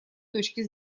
точки